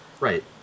Right